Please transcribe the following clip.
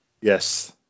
Yes